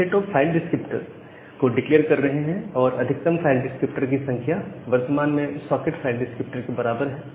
हम set of file descriptor को declare कर रहे हैं और अधिकतम फाइल डिस्क्रिप्टर की संख्या वर्तमान में सॉकेट फाइल डिस्क्रिप्टर के बराबर है